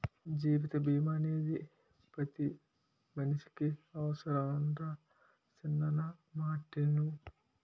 జీవిత బీమా అనేది పతి మనిసికి అవుసరంరా సిన్నా నా మాటిను